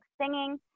singing